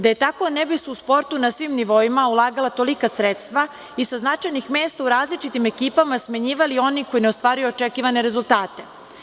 Da je tako, ne bi se u sportu na svim nivoima vladala tolika sredstva i sa značajnih mesta u različitim ekipama smenjivali oni koji ne ostvaruju očekivane rezultate.